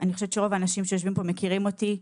רוב האנשים שיושבים פה מכירים אותי,